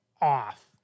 off